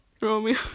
Romeo